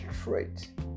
straight